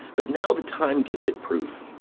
but now the time gives it proof.